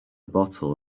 bottle